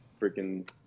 freaking